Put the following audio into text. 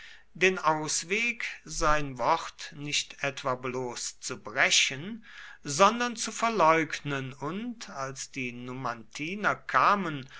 den ausweg sein wort nicht etwa bloß zu brechen sondern zu verleugnen und als die numantiner kamen